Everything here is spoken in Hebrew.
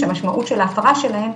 שמשמעות של ההפרה שלהן,